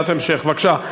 שאלת המשך, בבקשה.